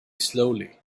slowly